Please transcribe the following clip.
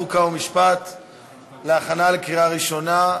חוק ומשפט להכנה לקריאה ראשונה.